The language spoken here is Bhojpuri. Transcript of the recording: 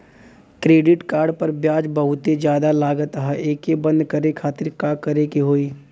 क्रेडिट कार्ड पर ब्याज बहुते ज्यादा लगत ह एके बंद करे खातिर का करे के होई?